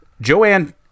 Joanne